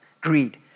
Greed